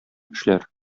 эшләр